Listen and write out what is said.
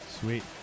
sweet